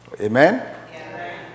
Amen